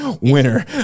Winner